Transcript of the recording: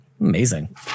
Amazing